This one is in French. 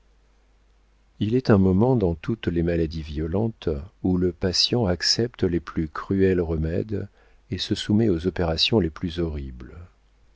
il est un moment dans toutes les maladies violentes où le patient accepte les plus cruels remèdes et se soumet aux opérations les plus horribles